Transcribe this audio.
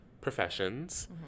professions